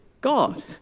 God